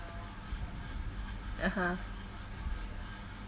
(uh huh)